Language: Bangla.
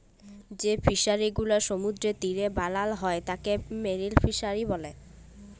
যেই ফিশারি গুলো সমুদ্রের তীরে বানাল হ্যয় তাকে মেরিন ফিসারী ব্যলে